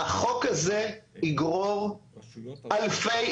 החוק הזה יגרור אלפי,